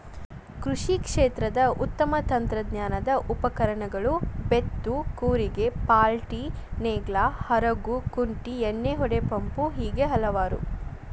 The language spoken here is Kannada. ಕೃಷಿ ಕ್ಷೇತ್ರದ ಉತ್ತಮ ತಂತ್ರಜ್ಞಾನದ ಉಪಕರಣಗಳು ಬೇತ್ತು ಕೂರಿಗೆ ಪಾಲ್ಟಿನೇಗ್ಲಾ ಹರಗು ಕುಂಟಿ ಎಣ್ಣಿಹೊಡಿ ಪಂಪು ಹೇಗೆ ಹಲವಾರು